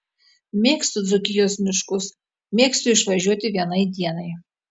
mėgstu dzūkijos miškus mėgstu išvažiuoti vienai dienai